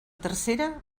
tercera